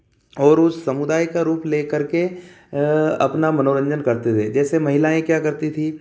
और उस समुदाय का रूप ले करके अपना मनोरंजन करते थे जैसे महिलाएँ क्या करती थी